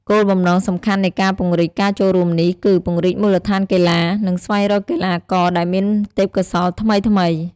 គោលបំណងសំខាន់នៃការពង្រីកការចូលរួមនេះគឺ ពង្រីកមូលដ្ឋានកីឡា និងស្វែងរកកីឡាករដែលមានទេពកោសល្យថ្មីៗ។